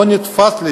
זה לא נתפס אצלי.